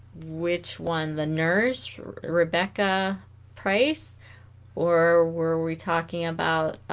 which one the nurse rebecca price or were we talking about